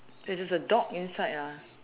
there is a dog inside ah